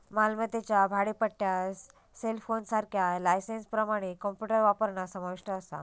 मालमत्तेच्या भाडेपट्ट्यात सेलफोनसारख्या लायसेंसप्रमाण कॉम्प्युटर वापरणा समाविष्ट असा